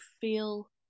feel